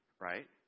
right